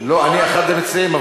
אני אחד המציעים,